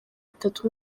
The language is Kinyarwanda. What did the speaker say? itatu